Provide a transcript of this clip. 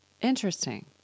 Interesting